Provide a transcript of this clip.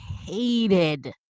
hated